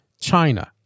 China